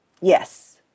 Yes